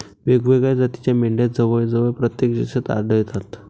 वेगवेगळ्या जातीच्या मेंढ्या जवळजवळ प्रत्येक देशात आढळतात